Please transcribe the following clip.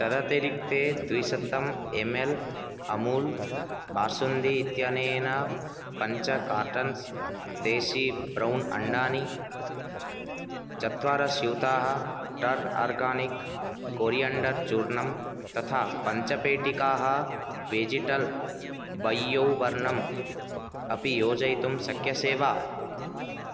तदतिरिक्ते द्विशतम् M L Amul basundi इत्यनेन पञ्च कार्टन्स् देसी ब्रौन् अण्डानि चत्वारस्स्यूताः टग् आर्गानिक् कोरियेण्डर् चूर्णम् तथा पञ्चपेटिकाः विजिटल् बय्योवर्णम् अपि योजयितुं शक्यसे वा